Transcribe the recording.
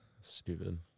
stupid